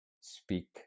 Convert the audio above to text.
speak